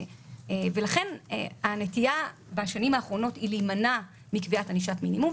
הנטייה בשנים האחרונות היא להימנע מקביעת ענישת מינימום,